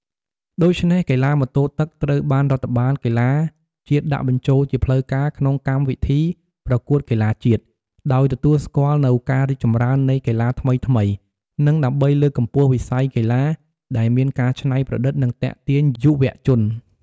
ដូច្នេះកីឡាម៉ូតូទឹក ត្រូវបានរដ្ឋបាលកីឡាជាតិដាក់បញ្ចូលជាផ្លូវការក្នុងកម្មវិធីប្រកួតកីឡាជាតិ ដោយទទួលស្គាល់នូវការរីកចម្រើននៃកីឡាថ្មីៗ និងដើម្បីលើកកម្ពស់វិស័យកីឡាដែលមានការច្នៃប្រឌិត និងទាក់ទាញយុវជន។